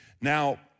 now